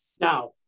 Now